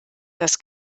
das